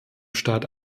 staat